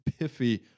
piffy